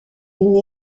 une